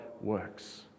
works